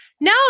No